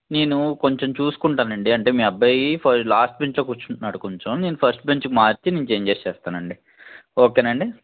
నేను కొంచెం చూసుకుంటాను లెండి అంటే మీ అబ్బాయి ఫ లాస్ట్ బెంచ్లో కూర్చుంటున్నాడు కొంచెం నేను ఫస్ట్ బెంచ్కి మార్చి నేను చేంజెస్ చేస్తానండి ఓకేనా అండి